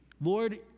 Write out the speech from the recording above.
Lord